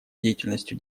деятельностью